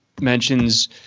mentions